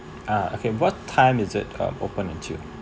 ah okay what time is it um open until